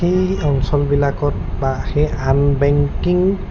সেই অঞ্চলবিলাকত বা সেই আন বেংকিং